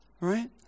right